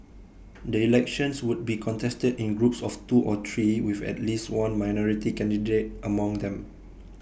the elections would be contested in groups of two or three with at least one minority candidate among them